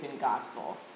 Gospel